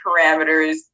parameters